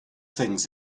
things